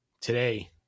today